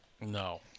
No